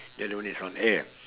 the other one is on air